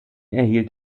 erhielt